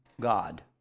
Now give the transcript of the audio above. God